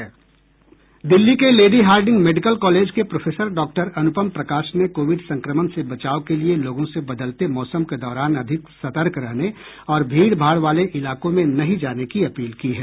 दिल्ली के Lady Hardinge Medical College के professor doctor Anupam Prakash ने कोविड संक्रमण से बचाव के लिये लोगों से बदलते मौसम के दौरान अधिक सतर्क रहने और भीड़भाड़ वाले इलाकों में नहीं जाने की अपील की है